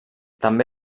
també